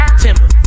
Timber